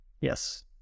Yes